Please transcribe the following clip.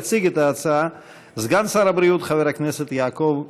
יציג את ההצעה סגן שר הבריאות חבר הכנסת יעקב ליצמן.